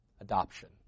adoption